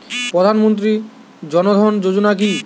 প্রধান মন্ত্রী জন ধন যোজনা কি?